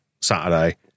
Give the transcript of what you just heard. Saturday